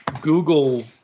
Google